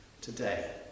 Today